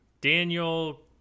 Daniel